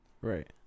Right